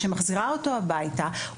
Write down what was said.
שמחזירה אותו הביתה,